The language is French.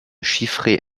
chiffrer